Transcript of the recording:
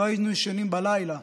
לא היינו ישנים בלילה,